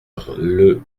rle